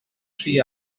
tri